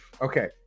Okay